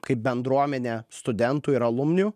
kaip bendruomenė studentų ir alumnų